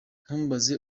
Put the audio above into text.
ntumbaze